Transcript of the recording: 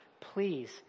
please